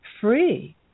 free